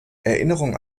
erinnerung